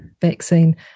vaccine